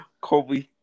Kobe